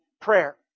prayer